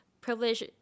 privilege